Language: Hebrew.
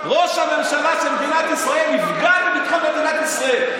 ראש הממשלה של מדינת ישראל יפגע בביטחון מדינת ישראל.